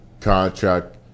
contract